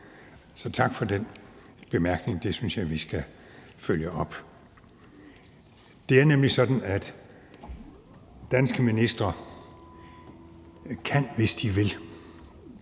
Så tak for den bemærkning. Jeg synes, vi skal følge det op. Det er nemlig sådan, at danske ministre kan, hvis de vil,